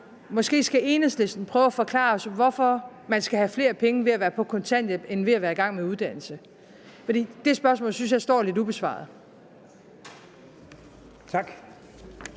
Måske skal Enhedslisten prøve at forklare os, hvorfor man skal have flere penge ved at være på kontanthjælp end ved at være i gang med uddannelse, for det spørgsmål synes jeg står lidt ubesvaret. Kl.